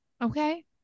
Okay